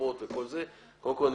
למפות וכל זה קודם כול,